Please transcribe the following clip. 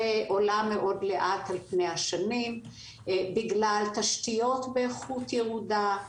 ועולה לאט מאוד על פני השנים בגלל תשתיות באיכות ירודה,